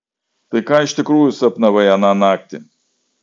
tai ką iš tikrųjų sapnavai aną naktį